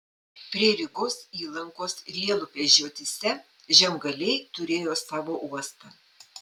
prie rygos įlankos lielupės žiotyse žemgaliai turėjo savo uostą